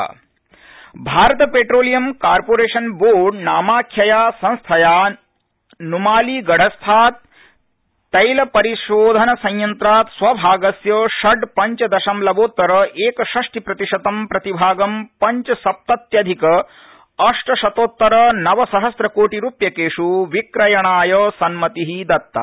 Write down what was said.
Bharata petroleum Bharat petroleum corporation board नामाख्यया संस्थया संस्थया नुमालीगढस्थात् तैलपरिशोधनसंयंत्रात् स्वभागस्य षड् पंच दशमलवोत्तर एकषष्टि प्रतिशतं प्रतिभागं पंचसप्तत्यधिक ष्टशतोत्तर नव सहस्रकोटि रूप्यकेषु विक्रयणाय सम्मति दत्ता